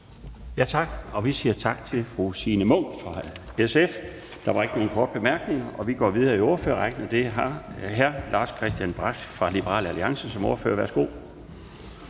Laustsen): Vi siger tak til fru Signe Munk fra SF. Der var ikke nogen korte bemærkninger, og vi går videre i ordførerrækken til hr. Lars-Christian Brask fra Liberal Alliance, som ordfører. Værsgo.